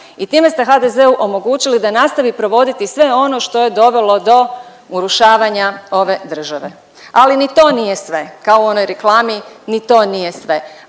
i time ste HDZ-u omogućili da nastavi provoditi sve ono što je dovelo do urušavanja ove države. Ali ni to nije sve, kao u onoj reklami ni to nije sve.